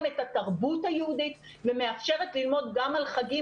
את התרבות היהודית ומאפשרת ללמוד גם על חגים